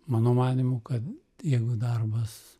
mano manymu kad jeigu darbas